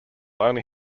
only